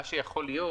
מה שיכול להיות,